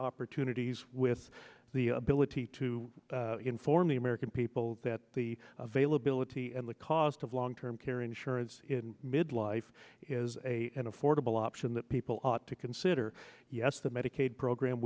opportunities with the ability to inform the american people that the availability and the cost of long term care insurance in midlife is a an affordable option people ought to consider yes the medicaid program